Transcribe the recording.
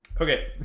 Okay